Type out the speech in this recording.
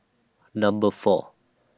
Number four